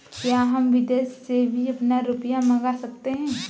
क्या हम विदेश से भी अपना रुपया मंगा सकते हैं?